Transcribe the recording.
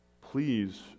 Please